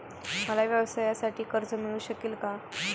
मला व्यवसायासाठी कर्ज मिळू शकेल का?